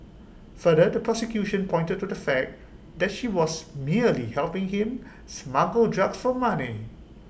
further the prosecution pointed to the fact that she was merely helping him smuggle drugs for money